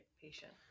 Patient